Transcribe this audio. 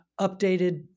updated